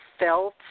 felt